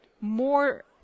more